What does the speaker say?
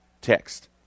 text